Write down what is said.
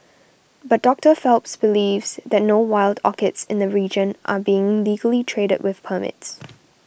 but Doctor Phelps believes that no wild orchids in the region are being legally traded with permits